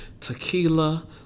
tequila